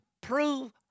prove